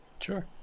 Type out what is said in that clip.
Sure